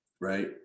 Right